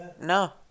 No